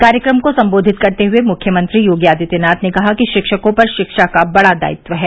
कार्यक्रम को संबोधित करते हुए मुख्यमंत्री योगी आदित्यनाथ ने कहा कि शिक्षकों पर शिक्षा का बड़ा दायित्व है